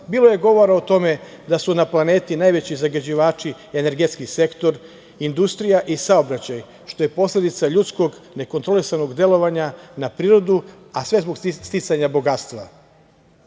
Bilo je govora o tome da su na planeti najveći zagađivači energetski sektor, industrija i saobraćaj, što je posledica ljudskog nekontrolisanog delovanja na prirodu, a sve zbog sticanja bogatstva.